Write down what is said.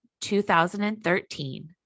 2013